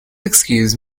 excuse